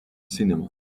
cinema